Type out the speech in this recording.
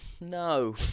no